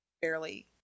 fairly